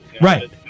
Right